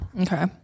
okay